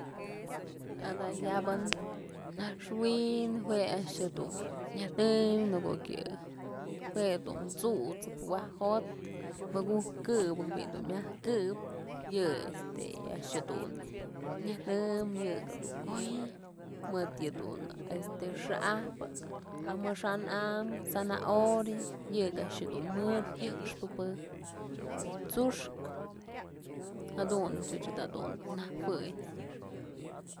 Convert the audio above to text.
Adayabë naxwin jue a'ax jedun nyënëm në ko'ok yë jue dun t'susëp waj jo'otë mëkuk këw bi'i dun myaj këb yëk a'ax jedun nyënëm yëk jedun oy, mëdë yëdun xa'ajpë amaxa'an am zanahoria yëk a'ax jadun mëd jyëxpëbë tsu'uxkë jadun ëch da dun nëjuëy.